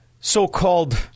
so-called